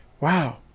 wow